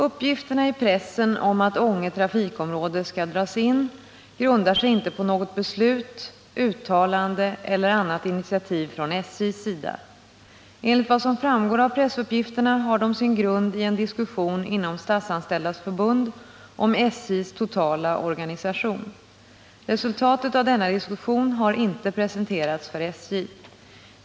Uppgifterna i pressen om att Ånge trafikområde skall dras in grundar sig inte på något beslut, uttalande eller annat initiativ från SJ:s sida. Enligt vad som framgår av pressuppgifterna har de sin grund i en diskussion inom Statsanställdas förbund om SJ:s totala organisation. Resultatet av denna diskussion har inte presenterats för SJ.